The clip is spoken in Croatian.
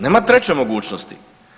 Nema treće mogućnosti.